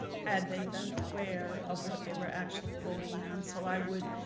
had they been aware of what they were actually voting on. so i would